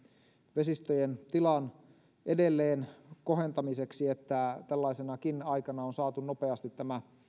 vesistöjen tilan edelleen kohentamiseksi että tällaisenakin aikana on saatu nopeasti tämä